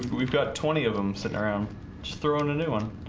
but we've got twenty of them sitting around just throwing a new one